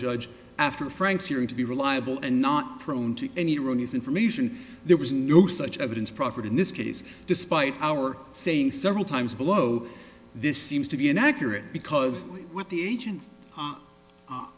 judge after frank's hearing to be reliable and not prone to any wrong use information there was no such evidence proffered in this case despite our saying several times below this seems to be inaccurate because what the agent